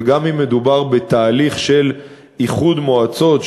וגם אם מדובר בתהליך של איחוד מועצות,